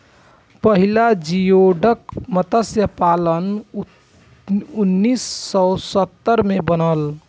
पहिला जियोडक मतस्य पालन उन्नीस सौ सत्तर में बनल